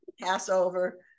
Passover